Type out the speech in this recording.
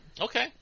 Okay